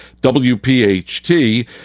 WPHT